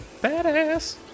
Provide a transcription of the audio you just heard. Badass